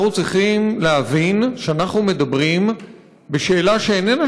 אנחנו צריכים להבין שאנחנו מדברים בשאלה שאיננה